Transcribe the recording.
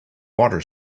water